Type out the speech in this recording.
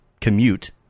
commute